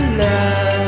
love